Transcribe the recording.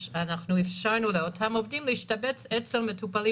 אנחנו אפשרנו לאותם עובדים להשתבץ אצל מטופלים